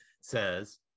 says